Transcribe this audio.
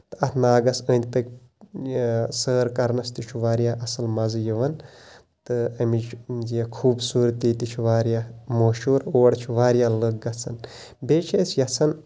اَتھ ناگَس أندۍ پٔکۍ یہِ سٲر کرنَس تہِ چھُ واریاہ اَصٕل مَزٕ یِوان تہٕ اَمِچ یہِ خوٗبصوٗرتی تہِ چھِ واریاہ مَشہوٗر اور چھِ واریاہ لکھ گژھان بیٚیہِ چھِ أسۍ یَژھان